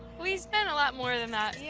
we spent a lot more than that yeah